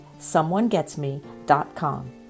someonegetsme.com